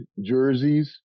jerseys